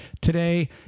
Today